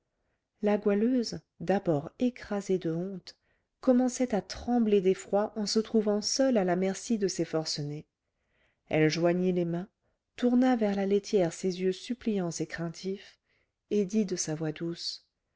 la goualeuse d'abord écrasée de honte commençait à trembler d'effroi en se trouvant seule à la merci de ces forcenés elle joignit les mains tourna vers la laitière ses yeux suppliants et craintifs et dit de sa voix douce